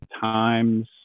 times